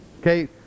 Okay